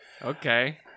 Okay